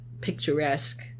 picturesque